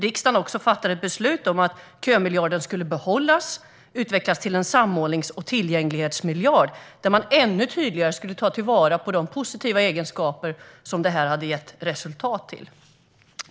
Riksdagen fattade ett beslut om att kömiljarden skulle behållas och utvecklas till en samordnings och tillgänglighetsmiljard där man ännu tydligare skulle ta vara på de positiva egenskaper detta gett upphov till.